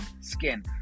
skin